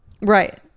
right